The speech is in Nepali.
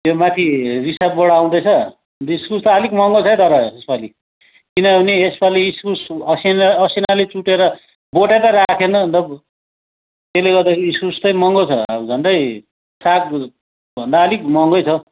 त्यो माथि रिसापबाट आउँदैछ इस्कुस त अलिक महँगो छ है तर यसपालि किनभने यसपालि इस्कुस असिना असिनाले चुटेर बोटै त राखेन अन्त त्यसले गर्दाखेरि इस्कुस चाहिँ महँगो झन्डै सात भन्दा अलिक महँगै छ